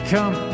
Come